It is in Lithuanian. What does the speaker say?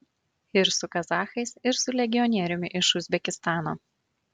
ir su kazachais ir su legionieriumi iš uzbekistano